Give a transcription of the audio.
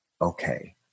okay